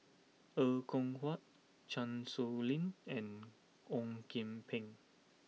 Er Kwong Wah Chan Sow Lin and Ong Kian Peng